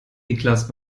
niklas